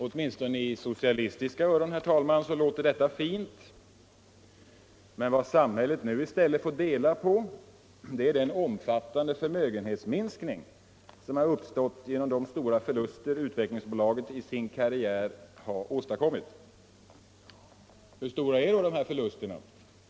Åtminstone i socialistiska öron låter detta fint men vad samhället nu i stället får dela på är den omfattande förmögenhetsminskning som uppstått genom de stora förluster Utvecklingsbolaget i sin karriär har åstadkommit. Hur stora är då dessa förluster?